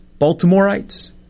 Baltimoreites